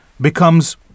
becomes